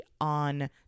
on